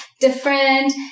different